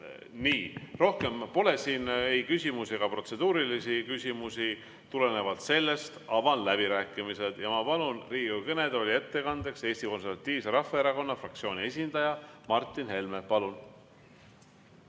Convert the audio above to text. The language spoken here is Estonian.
Nii. Rohkem pole ei küsimusi ega protseduurilisi küsimusi. Tulenevalt sellest avan läbirääkimised ja palun Riigikogu kõnetooli ettekandeks Eesti Konservatiivse Rahvaerakonna fraktsiooni esindaja Martin Helme.